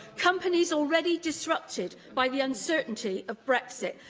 companies already disrupted by the uncertainty of brexit,